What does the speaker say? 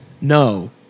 No